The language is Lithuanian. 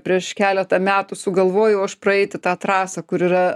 prieš keletą metų sugalvojau aš praeiti tą trasą kur yra